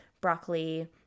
broccoli